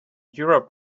europe